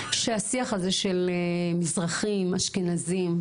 שהשיח הזה של מזרחים אשכנזים,